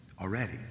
already